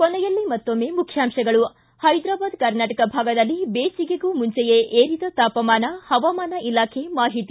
ಕೊನೆಯಲ್ಲಿ ಮತ್ತೊಮ್ನೆ ಮುಖ್ಯಾಂಶಗಳು ಹೈದರಾಬಾದ್ ಕರ್ನಾಟಕ ಭಾಗದಲ್ಲಿ ಬೇಸಿಗೆಗೂ ಮುಂಚೆಯೆ ಏರಿದ ತಾಪಮಾನ ಹವಾಮಾನ ಇಲಾಖೆ ಮಾಹಿತಿ